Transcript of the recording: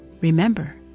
remember